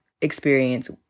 experience